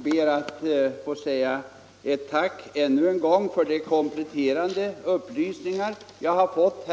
Herr talman! Jag ber att få tacka för de kompletterande upplysningar jag har fått.